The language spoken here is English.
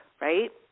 right